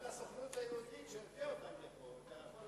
גם לסוכנות היהודית שהביאה אותם לפה.